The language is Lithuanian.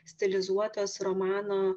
stilizuotas romano